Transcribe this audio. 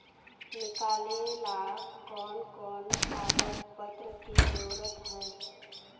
निकाले ला कोन कोन कागज पत्र की जरूरत है?